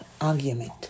argument